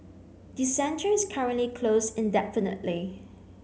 the centre is currently closed indefinitely